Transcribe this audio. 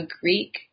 Greek